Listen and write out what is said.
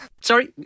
Sorry